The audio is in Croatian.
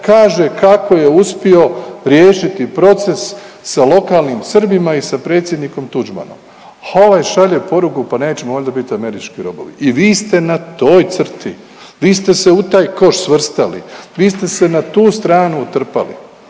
kaže kako je uspio riješiti proces sa lokalnim Srbima i sa predsjednikom Tuđmanom, a ovaj šalje poruku pa nećemo valjda biti američki robovi. I vi ste na toj crti. Vi ste se u taj koš svrstali. Vi ste se na tu stranu utrpali.